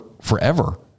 forever